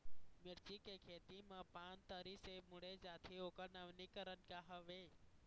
मिर्ची के खेती मा पान तरी से मुड़े जाथे ओकर नवीनीकरण का हवे?